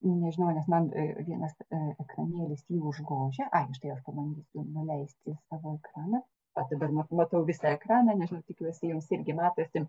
nežinau nes man vienas ekranėlis jį užgožia ai štai aš pabandysiu nuleisti savo ekraną o dabar ma matau visą ekraną nežinau tikiuosi jums irgi matosi